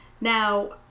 Now